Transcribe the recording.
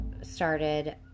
started